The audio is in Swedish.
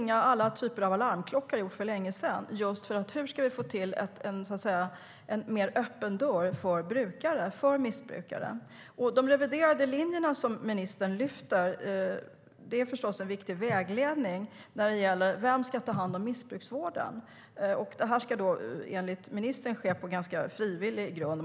Alla typer av larmklockor borde ha ringt för länge sedan, just för att få till en mer öppen dörr för missbrukare.De reviderade linjer som ministern lyfter fram är förstås en viktig vägledning när det gäller vem som ska ta hand om missbruksvården. Det ska enligt ministern ske på ganska frivillig grund.